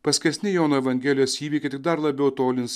paskesni jono evangelijos įvykiai tik dar labiau tolins